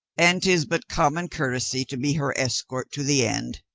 and tis but common courtesy to be her escort to the end.